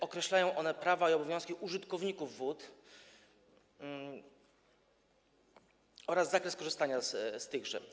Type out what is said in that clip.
Określają one prawa i obowiązki użytkowników wód oraz zakres korzystania z tychże.